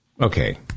Okay